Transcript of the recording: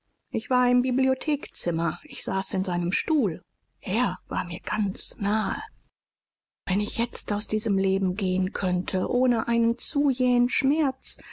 ich war im bibliothekzimmer ich saß in seinem stuhl er war mir ganz nahe wenn ich jetzt aus diesem leben gehen könnte ohne einen zu jähen schmerz